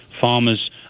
farmers